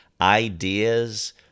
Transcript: ideas